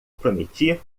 prometi